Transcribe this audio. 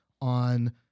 on